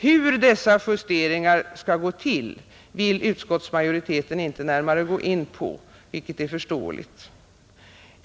Hur dessa justeringar skall gå till vill utskottsmajoriteten inte närmare gå in på, vilket är förståeligt.